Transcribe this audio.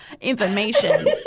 information